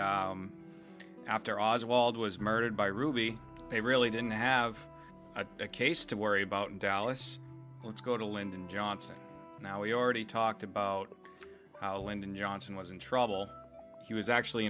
after oswald was murdered by ruby they really didn't have a case to worry about in dallas let's go to lyndon johnson now we already talked about how lyndon johnson was in trouble he was actually